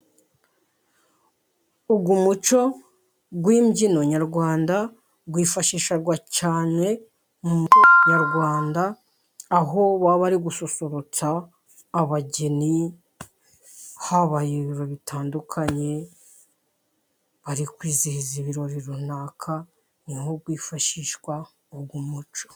Uyu muco w'imbyino nyarwanda, wifashishwa cyane, mu muco nyarwanda, aho baba bari gususurutsa abageni, habaye ibirori bitandukanye, bari kwizihiza ibirori runaka, niho hifashishwa uwo muco.